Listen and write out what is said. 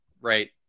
right